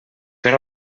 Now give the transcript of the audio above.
per